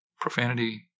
profanity